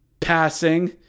passing